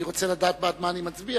אני רוצה לדעת בעד מה אני מצביע.